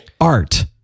art